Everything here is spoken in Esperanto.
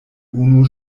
unu